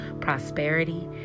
prosperity